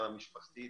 גם המשפחתית